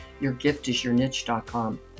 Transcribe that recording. YourGiftIsYourNiche.com